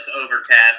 overcast